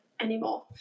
anymore